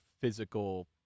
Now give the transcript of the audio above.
physical